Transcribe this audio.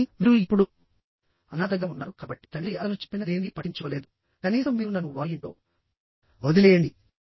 కాబట్టి మీరు ఇప్పుడు అనాథగా ఉన్నారు కాబట్టి తండ్రి అతను చెప్పిన దేనినీ పట్టించుకోలేదు కనీసం మీరు నన్ను వారి ఇంట్లో వదిలేయండి